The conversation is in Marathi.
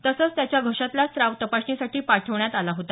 तसंच त्याच्या घशातला स्त्राव तपासणीसाठी पाठवण्यात आला होता